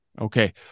Okay